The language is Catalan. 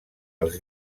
els